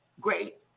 great